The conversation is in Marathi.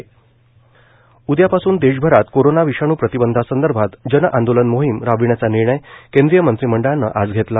जन आंदोलन जावडेकर उदयापासून देशभरात कोरोना विषाणू प्रतिबंधा संदर्भात जन आंदोलन मोहीम राबविण्याचा निर्णय केंद्रीय मंत्रिमंडळानं आज घेतला